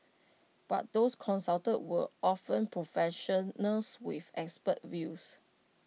but those consulted were often professionals with expert views